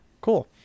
cool